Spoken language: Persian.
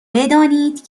بدانید